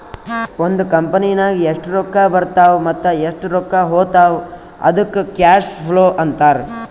ಒಂದ್ ಕಂಪನಿನಾಗ್ ಎಷ್ಟ್ ರೊಕ್ಕಾ ಬರ್ತಾವ್ ಮತ್ತ ಎಷ್ಟ್ ರೊಕ್ಕಾ ಹೊತ್ತಾವ್ ಅದ್ದುಕ್ ಕ್ಯಾಶ್ ಫ್ಲೋ ಅಂತಾರ್